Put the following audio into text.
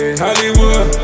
Hollywood